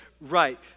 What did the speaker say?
right